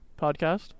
podcast